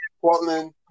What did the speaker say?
Portland